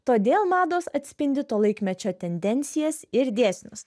todėl mados atspindi to laikmečio tendencijas ir dėsnius